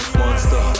monster